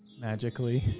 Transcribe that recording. magically